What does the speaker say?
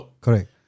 Correct